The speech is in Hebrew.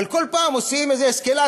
אבל כל פעם עושים אסקלציה,